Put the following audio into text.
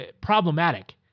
problematic